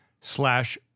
slash